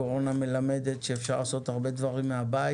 הקורונה מלמדת שאפשר לעשות הרבה דברים מהבית.